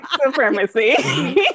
supremacy